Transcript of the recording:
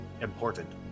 important